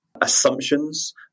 assumptions